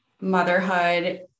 motherhood